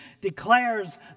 declares